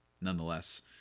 nonetheless